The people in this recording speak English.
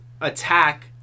attack